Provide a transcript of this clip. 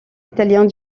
italiens